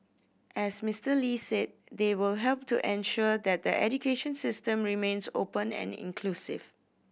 as Mister Lee said they will help to ensure that the education system remains open and inclusive